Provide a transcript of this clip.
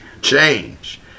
Change